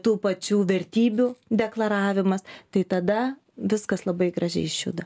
tų pačių vertybių deklaravimas tai tada viskas labai gražiai išjuda